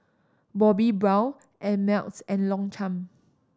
Bobbi Brown Ameltz and Longchamp